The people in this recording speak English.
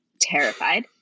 terrified